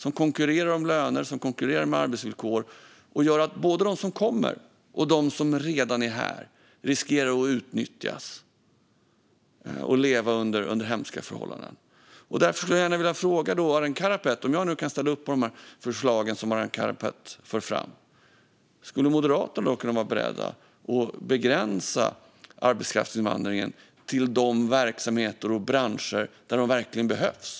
De konkurrerar då om löner och om arbetsvillkor, vilket gör att både de som kommer och de som redan är här riskerar att utnyttjas och leva under hemska förhållanden. Därför skulle jag vilja fråga Arin Karapet: Om jag nu kan ställa upp på de förslag som Arin Karapet för fram, skulle Moderaterna då kunna vara beredda att begränsa arbetskraftsinvandringen till de verksamheter och branscher där den verkligen behövs?